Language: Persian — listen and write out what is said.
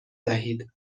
دهید